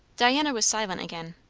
diana was silent again.